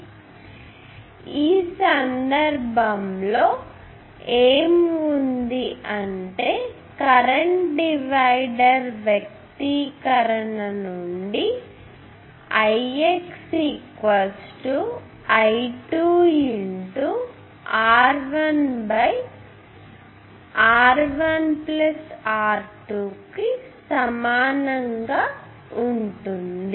కాబట్టి ఈ సందర్భంలో ఏమి ఉంది అంటే కరెంట్ డివైడర్ వ్యక్తీకరణ నుండి Ix I2R1 R1R2 కు సమానంగా ఉంటుంది